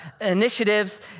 initiatives